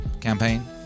campaign